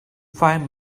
five